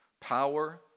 power